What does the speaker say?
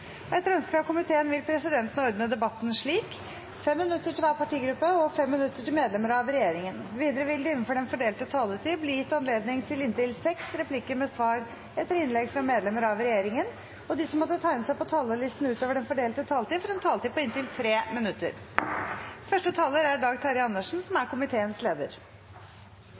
16. Etter ønske fra kontroll- og konstitusjonskomiteen vil presidenten ordne debatten slik: 5 minutter til hver partigruppe og 5 minutter til medlemmer av regjeringen. Videre vil det – innenfor den fordelte taletid – bli gitt anledning til inntil seks replikker med svar etter innlegg fra medlemmer av regjeringen, og de som måtte tegne seg på talerlisten utover den fordelte taletid, får en taletid på inntil 3 minutter. Saken vi behandler i dag,